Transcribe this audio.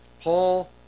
Paul